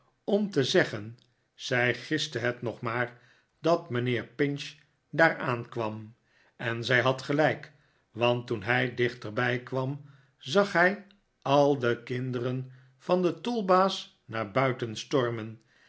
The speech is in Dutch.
om te zeggen zij giste net nog maar dat mijnheer pinch daar aankwam en zij had gelijk want toen hij dichterbij kwam zag hij al de kinderen van den tolbaas naar buiten stormen